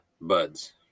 Buds